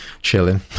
Chilling